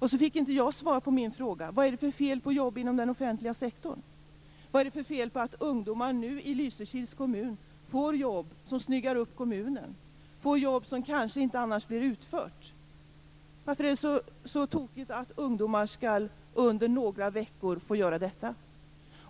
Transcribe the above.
Jag fick inte svar på min fråga vad det är för fel på jobb inom den offentliga sektorn, på att ungdomar i Lysekils kommun nu får jobb för att snygga upp i kommunen, jobb som annars kanske inte blir utfört? Varför är det så tokigt att ungdomar under några veckor skall få göra detta?